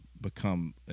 become